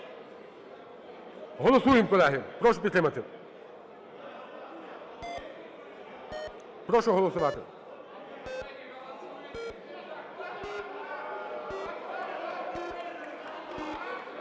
Голосуємо, колеги! Прошу підтримати. Прошу голосувати.